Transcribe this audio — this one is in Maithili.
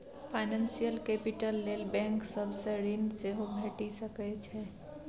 फाइनेंशियल कैपिटल लेल बैंक सब सँ ऋण सेहो भेटि सकै छै